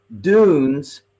dunes